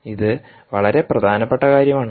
ഇത് വളരെ പ്രധാനപ്പെട്ട കാര്യം ആണ്